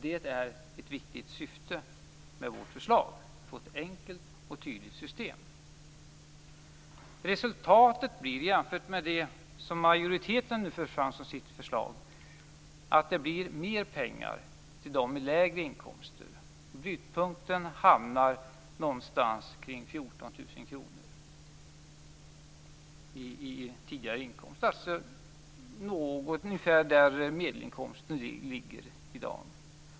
Det är ett viktigt syfte med vårt förslag, dvs. ett enkelt och tydligt system. Resultatet blir, jämfört med det resultat som majoriteten för fram i sitt förslag, att det blir mer pengar för dem med lägre inkomster. Brytpunkten hamnar kring 14 000 kr, ungefär där medelinkomsten ligger i dag.